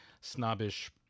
snobbish